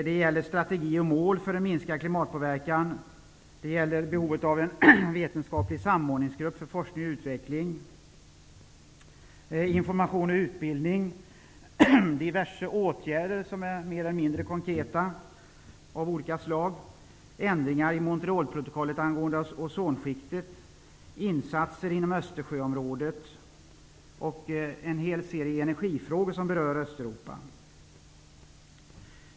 Det gäller strategi och mål för att minska klimatpåverkan, behovet av en vetenskaplig samordningsgrupp för forskning och utveckling, information och utbildning, diverse mer eller mindre konkreta åtgärder, ändringar i Montrealprotokollet angående ozonskiktet, insatser inom Östersjöområdet och en hel serie energifrågor som berör Östeuropa.